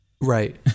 Right